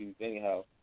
anyhow